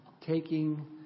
taking